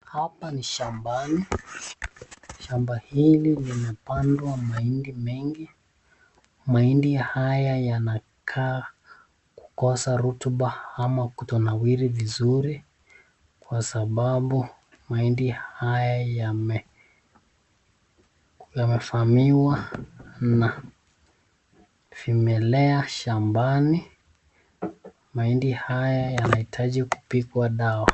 Hapa ni shambani .Shamba hili limepandwa mahindi mengi. Mahindi haya yanakaa kukosa rotuba ama kutonawiri vizuri ,kwa sababu mahindi haya yamefahamiwa na vimelea shambani. Mahindi haya yanahitaji kupigwa dawa.